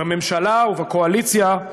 בממשלה ובקואליציה,